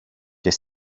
και